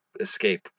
escape